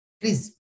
Please